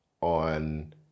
on